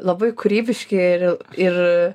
labai kūrybiški ir ir